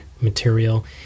material